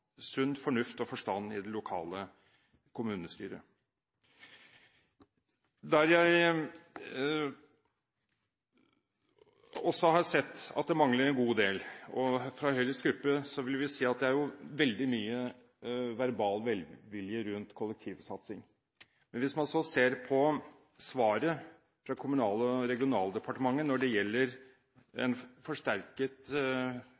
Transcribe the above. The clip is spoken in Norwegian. sunn fornuft og forstand i det lokale kommunestyret. Der jeg også har sett at det mangler en god del, og hvor vi fra Høyres gruppe vil si at det er veldig mye verbal velvilje, gjelder kollektivsatsing. Men hvis man så ser på svaret fra Kommunal- og regionaldepartementet når det gjelder